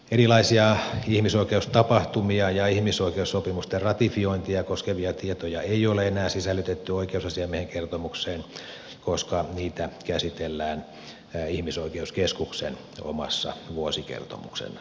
erilaisia ihmisoikeustapahtumia ja ihmisoikeussopimusten ratifiointia koskevia tietoja ei ole enää sisällytetty oikeusasiamiehen kertomukseen koska niitä käsitellään ihmisoikeuskeskuksen omassa vuosikertomuksessa